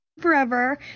forever